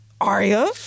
Arya